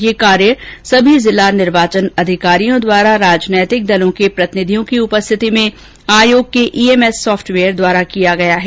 यह कार्य सभी जिला निर्वाचन अधिकारियों द्वारा राजनैतिक दलों के प्रतिनिधियों की उपस्थिति में आयोग के ईएमएस साफ्टवेयर द्वारा किया गया है